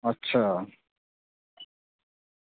अच्छा